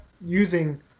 using